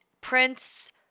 Prince